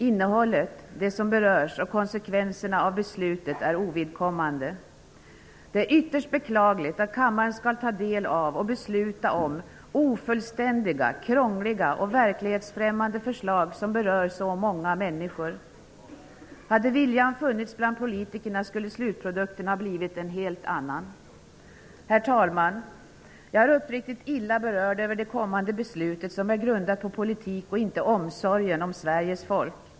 Innehållet, de som berörs och konsekvenserna av beslutet är ovidkommande. Det är ytterst beklagligt att kammaren skall ta del av och besluta om ofullständiga, krångliga och verklighetsfrämmande förslag som berör så många människor. Hade viljan funnits bland politikerna skulle slutprodukten ha blivit en helt annan. Herr talman! Jag är uppriktigt illa berörd över det kommande beslutet, som är grundat på politik och inte på omsorgen om Sveriges folk.